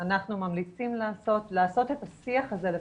אנחנו ממליצים לעשות את השיח הזה לפחות,